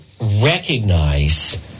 recognize